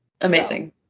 Amazing